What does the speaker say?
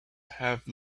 have